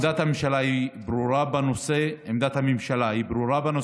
עמדת הממשלה בנושא ברורה.